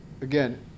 again